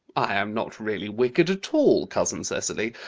i am not really wicked at all, cousin cecily.